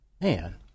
man